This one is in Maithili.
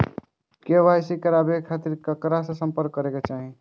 के.वाई.सी कराबे के खातिर ककरा से संपर्क करबाक चाही?